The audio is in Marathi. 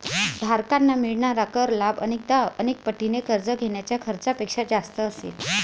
धारकांना मिळणारा कर लाभ अनेकदा अनेक पटीने कर्ज घेण्याच्या खर्चापेक्षा जास्त असेल